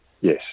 yes